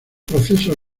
procesos